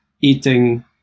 eating –